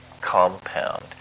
compound